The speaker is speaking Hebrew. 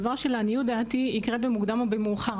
דבר שלעניות דעתי יקרה במוקדם או במאוחר,